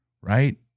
right